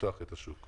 לפתוח את השוק?